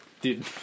dude